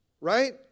Right